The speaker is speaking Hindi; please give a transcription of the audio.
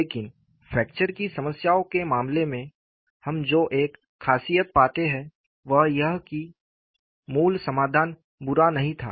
लेकिन फ्रैक्चर की समस्याओं के मामले में हम जो एक ख़ासियत पाते हैं वह यह है कि मूल समाधान बुरा नहीं था